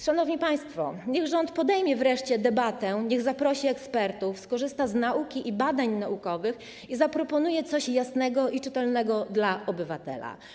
Szanowni państwo, niech rząd podejmie wreszcie debatę, niech zaprosi ekspertów, skorzysta z nauki i badań naukowych i zaproponuje coś jasnego i czytelnego dla obywatela.